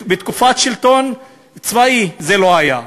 בתקופת שלטון צבאי זה לא היה.